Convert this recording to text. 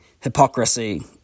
hypocrisy